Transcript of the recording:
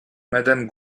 madame